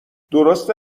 درسته